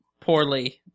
poorly